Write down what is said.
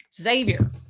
xavier